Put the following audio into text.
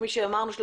כפי שאמרנו,